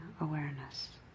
awareness